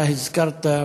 אתה הזכרת בפני,